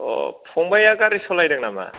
अ फंबाया गारि सालायदों नामा